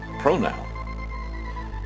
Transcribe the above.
pronoun